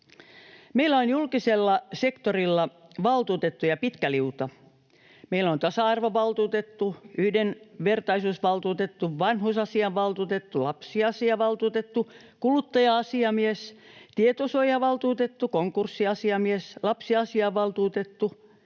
Meillä on julkisella sektorilla valtuutettuja pitkä liuta: meillä on tasa-arvovaltuutettu, yhdenvertaisuusvaltuutettu, vanhusasiavaltuutettu, lapsiasiavaltuutettu, kuluttaja-asiamies, tietosuojavaltuutettu, konkurssiasiamies. Kaikki ovat erittäin